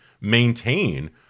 maintain